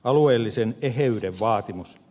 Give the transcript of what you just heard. alueellisen eheyden vaatimus